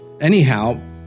Anyhow